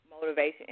Motivation